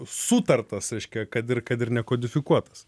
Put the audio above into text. sutartas reiškia kad ir kad ir ne kodifikuotas